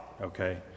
okay